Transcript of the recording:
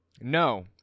No